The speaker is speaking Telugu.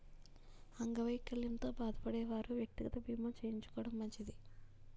అంగవైకల్యంతో బాధపడే వారు వ్యక్తిగత బీమా చేయించుకోవడం మంచిది